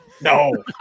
No